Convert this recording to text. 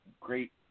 Great